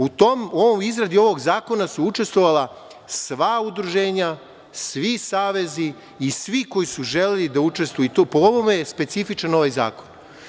U izradi ovog zakona su učestvovala sva udruženja, svi savezi i svi koji su želeli da učestvuju i po ovome je specifičan ovaj zakon.